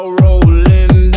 rolling